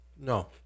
No